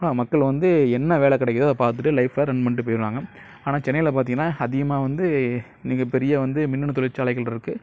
மக்கள் வந்து என்ன வேலை கிடைக்குதோ அது பார்த்துட்டு லைஃபை ரன் பண்ணிட்டு போய்டுவாங்க ஆனால் சென்னையில் பார்த்திங்கனா அதிகமாக வந்து மிக பெரிய வந்து மின்னணு தொழிற்சாலைகள் இருக்குது